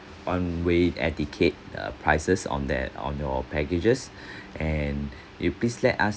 one way air ticket uh prices on there on your packages and you please let us